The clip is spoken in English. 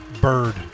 Bird